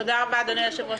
תודה רבה אדוני היושב-ראש.